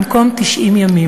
במקום 90 ימים.